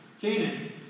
Canaan